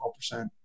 12%